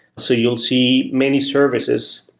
so you'll see many services,